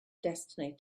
destiny